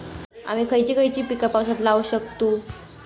आम्ही खयची खयची पीका पावसात लावक शकतु?